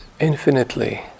infinitely